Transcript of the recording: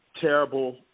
Terrible